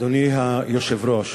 אדוני היושב-ראש,